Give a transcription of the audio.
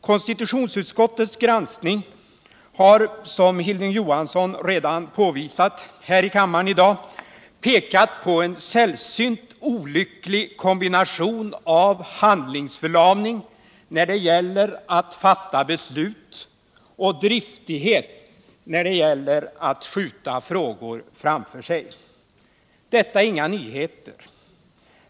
Konstitutionsutskottets granskning har, som Hilding Johansson redan påvisat här i kammaren i dag, pekat på en sällsynt olycklig kombination av handlingsförlamning när det gäller att fatta beslut och driftighet när det gäller att skjuta frågor framför sig. Detta är inga nyheter.